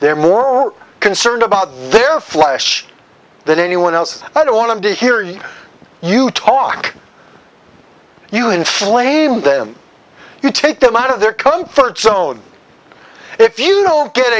they're more concerned about their flesh than anyone else i don't want to hear you you talk you inflame them you take them out of their comfort zone if you don't get